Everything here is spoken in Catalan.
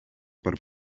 per